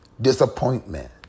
disappointment